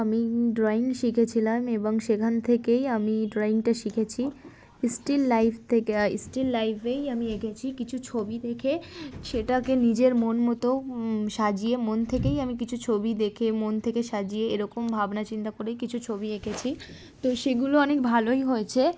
আমি ড্রয়িং শিখেছিলাম এবং সেখান থেকেই আমি ড্রয়িংটা শিখেছি স্টিল লাইফ থেকে স্টিল লাইফেই আমি এঁকেছি কিছু ছবি দেখে সেটাকে নিজের মন মতো সাজিয়ে মন থেকেই আমি কিছু ছবি দেখে মন থেকে সাজিয়ে এরকম ভাবনা চিন্তা করেই কিছু ছবি এঁকেছি তো সেগুলো অনেক ভালোই হয়েছে